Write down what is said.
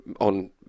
on